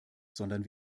sondern